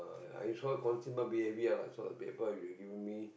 uh I saw consumer behaviour lah I saw the paper you have given me